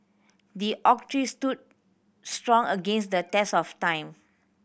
the oak tree stood strong against the test of time